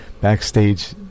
backstage